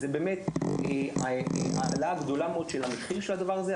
זה באמת העלאה גדולה מאוד של המחיר של הדבר הזה,